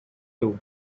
too